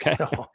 Okay